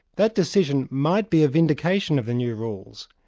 that decision might be a vindication of the new rules,